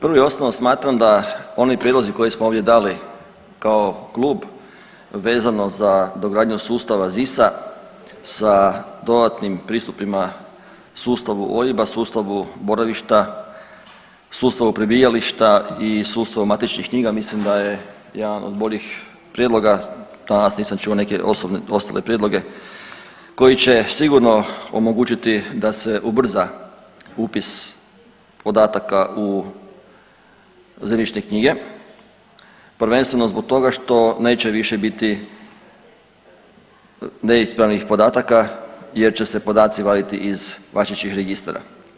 Prvo i osnovno smatra da oni prijedlozi koje smo ovdje dali kao klub vezano za dogradnju sustava ZIS-a sa dodatnim pristupima sustavu OIB-a, sustavu boravišta, sustavu prebivališta i sustavu matičnih knjiga mislim da je jedan od boljih prijedloga, danas nisam čuo neke ostale prijedloge koji će sigurno omogućiti da se ubrza upis podataka u zemljišne knjige prvenstveno zbog toga što neće više biti neispravnih podataka jer će se podaci vaditi iz važećih registara.